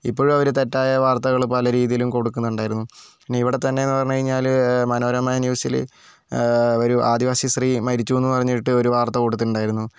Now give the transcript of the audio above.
ഇപ്പോഴും അവർ തെറ്റായ വാർത്തകൾ പല രീതിയിലും കൊടുക്കുന്നുണ്ടായിരുന്നു ഇനി ഇവിടെത്തന്നെയെന്ന് പറഞ്ഞുകഴിഞ്ഞാൽ മനോരമ ന്യൂസില് ഒരു ആദിവാസി സ്ത്രീ മരിച്ചുന്ന് പറഞ്ഞിട്ട് ഒരു വാർത്ത കൊടുത്തിട്ടുണ്ടായിരുന്നു